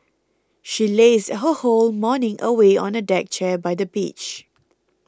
she lazed her whole morning away on a deck chair by the beach